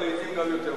אבל לעתים גם יותר מזה,